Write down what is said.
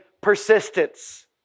persistence